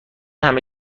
همه